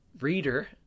reader